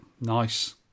nice